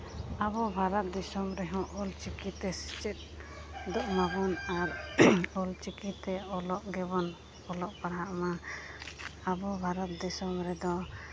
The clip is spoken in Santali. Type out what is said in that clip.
ᱟᱵᱚ ᱵᱷᱟᱨᱚᱛ ᱫᱤᱥᱚᱢ ᱨᱮᱦᱚᱸ ᱚᱞ ᱪᱤᱠᱤ ᱛᱮ ᱥᱮᱪᱮᱫᱚᱜ ᱢᱟᱵᱚᱱ ᱟᱨ ᱚᱞ ᱪᱤᱠᱤ ᱛᱮ ᱚᱞᱚᱜ ᱜᱮᱵᱚᱱ ᱚᱞᱚᱜ ᱯᱟᱲᱦᱟᱜᱼᱢᱟ ᱟᱵᱚ ᱵᱷᱟᱨᱚᱛ ᱫᱤᱥᱚᱢ ᱨᱮᱫᱚ